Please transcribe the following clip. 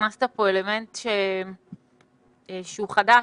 הכנסת פה אלמנט שהוא חדש,